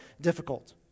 difficult